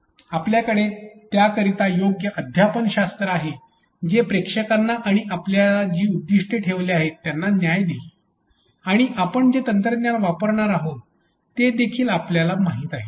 आपल्याकडे त्याकरिता योग्य अध्यापन शास्त्र आहे जे प्रेक्षकांना आणि आपण जी उद्दिष्टे ठेवली आहेत त्यांना न्याय देईल आणि आपण जे तंत्रज्ञान वापरणार आहोत ते देखील आपल्याला माहित आहे